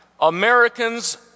Americans